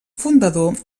fundador